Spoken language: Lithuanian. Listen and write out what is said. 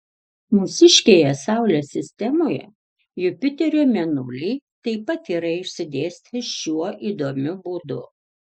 mūsiškėje saulės sistemoje jupiterio mėnuliai taip pat yra išsidėstę šiuo įdomiu būdu